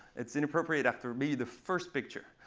it's inappropriate after maybe the first picture.